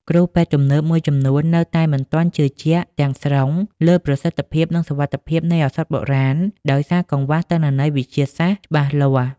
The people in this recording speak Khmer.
គ្រូពេទ្យទំនើបមួយចំនួននៅតែមិនទាន់ជឿជាក់ទាំងស្រុងលើប្រសិទ្ធភាព និងសុវត្ថិភាពនៃឱសថបុរាណ ដោយសារកង្វះទិន្នន័យវិទ្យាសាស្ត្រច្បាស់លាស់។